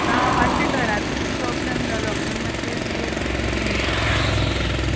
ना मातशें घराचो प्रोब्लेम जालो म्हणून मातशें दोन दीस उरलें घरा